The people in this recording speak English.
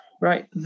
right